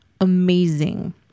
amazing